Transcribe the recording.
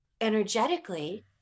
energetically